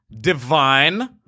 divine